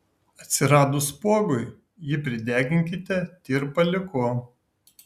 atsiradus spuogui jį prideginkite tirpaliuku